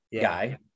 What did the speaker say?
guy